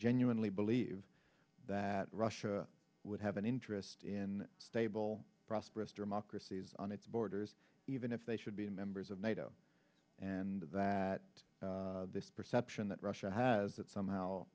genuinely believe eve that russia would have an interest in stable prosperous democracies on its borders even if they should be members of nato and that this perception that russia has that somehow